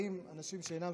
שם,